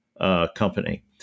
company